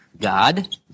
God